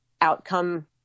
outcome-